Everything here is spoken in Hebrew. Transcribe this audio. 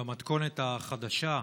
במתכונת החדשה,